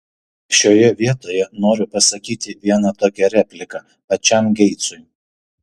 šioje vietoje noriu pasakyti vieną tokią repliką pačiam geitsui